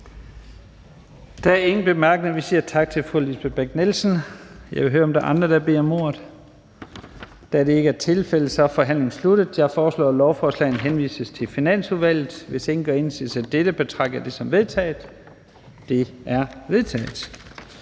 Der er ingen korte bemærkninger. Vi siger tak til fru Lisbeth Bech-Nielsen. Jeg vil høre, om der er andre, der vil bede om ordet. Da det ikke er tilfældet, er forhandlingen sluttet. Jeg foreslår, at lovforslagene henvises til Finansudvalget. Hvis ingen gør indsigelse mod dette, betragter jeg det som vedtaget Det er vedtaget.